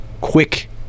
quick